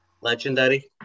Legendary